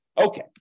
Okay